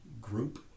group